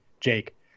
Jake